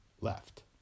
left